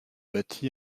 bâti